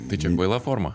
tai čia kvaila forma